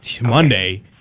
Monday